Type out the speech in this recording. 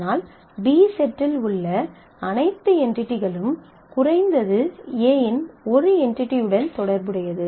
ஆனால் B செட்டில் உள்ள அனைத்து என்டிடிகளும் குறைந்தது A இன் ஒரு என்டிடியுடன் தொடர்புடையது